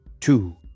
two